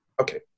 Okay